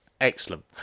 Excellent